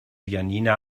janina